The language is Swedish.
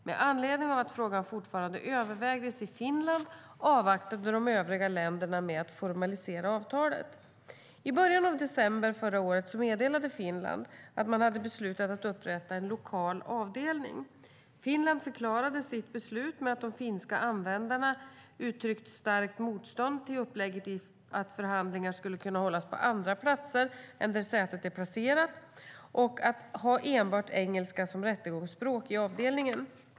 Med anledning av att frågan fortfarande övervägdes i Finland avvaktade de övriga länderna med att formalisera avtalet. I början av december förra året meddelade Finland att man hade beslutat att upprätta en lokal avdelning. Finland förklarade sitt beslut med att de finska användarna uttryckt starkt motstånd mot upplägget att förhandlingar ska kunna hållas på andra platser än där sätet är placerat och att enbart ha engelska som rättegångsspråk i avdelningen.